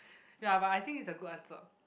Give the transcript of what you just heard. ya but I think it's a good answer